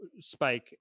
spike